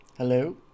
Hello